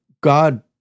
God